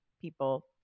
people